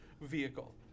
vehicle